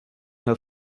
her